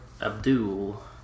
Abdul